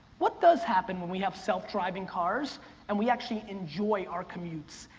what does happen when we have self-driving cars and we actually enjoy our commutes,